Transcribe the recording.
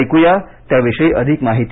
ऐकूया त्याविषयी अधिक माहिती